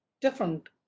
different